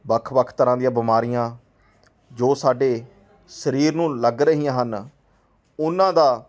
ਵੱਖ ਵੱਖ ਤਰ੍ਹਾਂ ਦੀਆਂ ਬਿਮਾਰੀਆਂ ਜੋ ਸਾਡੇ ਸਰੀਰ ਨੂੰ ਲੱਗ ਰਹੀਆਂ ਹਨ ਉਹਨਾਂ ਦਾ